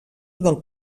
del